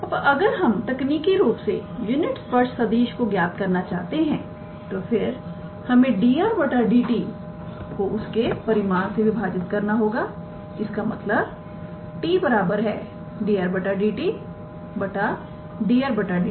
अब अगर हम तकनीकी रूप से यूनिट स्पर्श सदिश को ज्ञात करना चाहते हैं तो फिर हमें 𝑑𝑟⃗ 𝑑𝑡 को उसके परिमाण से विभाजित करना होगा इसका मतलब 𝑡̂ 𝑑𝑟⃗ 𝑑𝑡